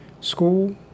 school